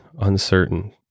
uncertain